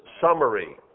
summary